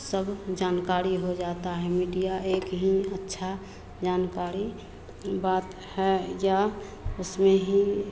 सब जानकाड़ी हो जाता है मीडिया एक ही अच्छा जानकाड़ी बात है ज़ उसमें ही